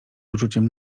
uczuciem